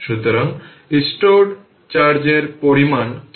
সুতরাং 10 দ্বারা গুন করলে পাওয়ার 3 তাই এখানে এটি মাল্টি dt